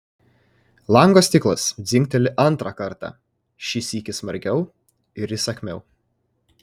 lango stiklas dzingteli antrą kartą šį sykį smarkiau ir įsakmiau